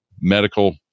medical